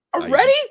already